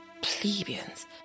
Plebeians